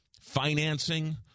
financing